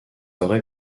aurait